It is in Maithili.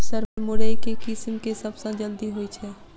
सर मुरई केँ किसिम केँ सबसँ जल्दी होइ छै?